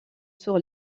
sur